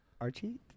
Archie